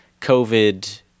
COVID